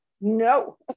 No